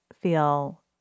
feel